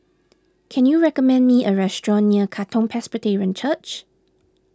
can you recommend me a restaurant near Katong Presbyterian Church